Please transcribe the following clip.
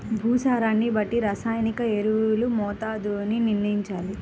భూసారాన్ని బట్టి రసాయనిక ఎరువుల మోతాదుని నిర్ణయంచాలి